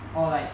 or like